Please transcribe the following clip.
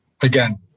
again